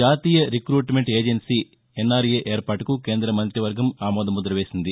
జాతీయ recruitment agency SRA ఏర్పాటుకు కేంద మంతివర్గం ఆమోద ముద్ర వేసింది